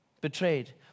betrayed